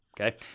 okay